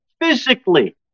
physically